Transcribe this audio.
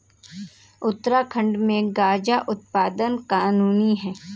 उत्तराखंड में गांजा उत्पादन कानूनी है